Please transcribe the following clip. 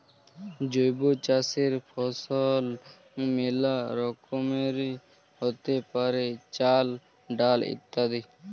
জৈব চাসের ফসল মেলা রকমেরই হ্যতে পারে, চাল, ডাল ইত্যাদি